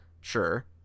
Sure